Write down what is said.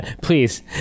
Please